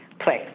place